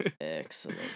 Excellent